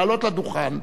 לעלות לדוכן.